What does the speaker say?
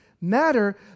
matter